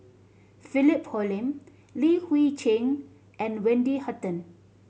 Philip Hoalim Li Hui Cheng and Wendy Hutton